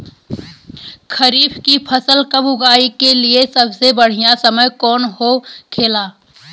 खरीफ की फसल कब उगाई के लिए सबसे बढ़ियां समय कौन हो खेला?